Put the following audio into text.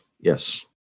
yes